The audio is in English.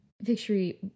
victory